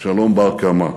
שלום בר-קיימא.